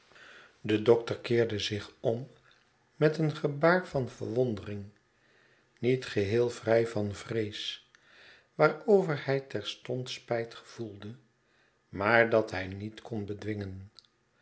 de dokter keerde zich ora met een gebaar van verwondering niet geheel vrij van vrees waarover hij terstond spijt gevoelde maar dat hij niet kon bedwingen